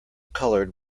colored